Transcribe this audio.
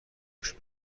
رشد